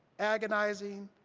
agonizing,